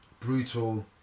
brutal